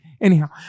anyhow